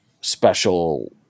special